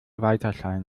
weiterscheinen